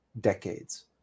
decades